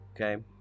okay